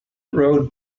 rode